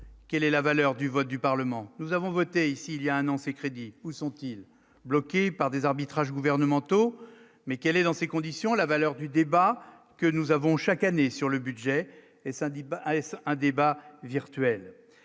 quelle est la valeur du vote du Parlement, nous avons voté ici il y a un an, ces crédits sont-ils bloqués par des arbitrages gouvernementaux, mais quelle est dans ces conditions, la valeur du débat que nous avons chaque année sur le budget et ça débat A-S un débat virtuel,